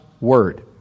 word